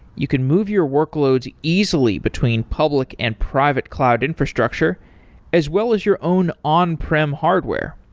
you can move your workloads easily between public and private cloud infrastructure as well as your own on-prim hardware.